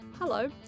Hello